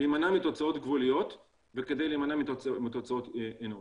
להמנע מתוצאות גבוליות וכדי להמנע מטעויות אנוש.